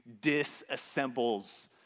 disassembles